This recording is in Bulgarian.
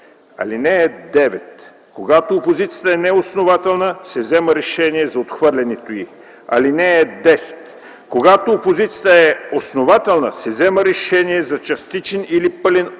решение. (9) Когато опозицията е неоснователна, се взема решение за отхвърлянето й. (10) Когато опозицията е основателна, се взема решение за частичен или пълен отказ